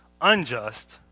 unjust